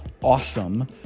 awesome